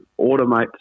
automate